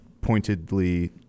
pointedly